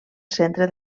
centre